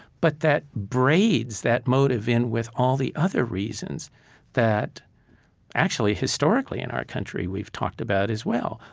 but that braids that motive in with all the other reasons that actually historically in our country we've talked about as well.